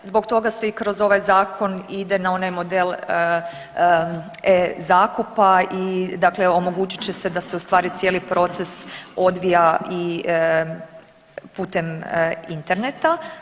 Zbog toga se i kroz ovaj zakon ide na onaj model e-zakupa i dakle omogućit će se da se u stvari cijeli proces odvija putem interneta.